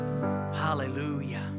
Hallelujah